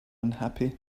unhappy